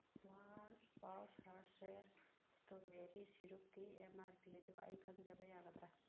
one pouch Hershey's strawberry ꯁꯤꯔꯞꯀꯤ M R P ꯑꯗꯨ ꯑꯩ ꯈꯪꯖꯕ ꯌꯥꯒꯗ꯭ꯔꯥ